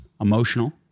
emotional